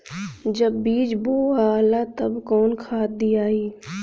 जब बीज बोवाला तब कौन खाद दियाई?